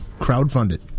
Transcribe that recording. crowdfunded